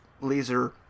laser